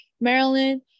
Maryland